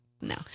No